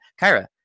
kyra